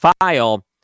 file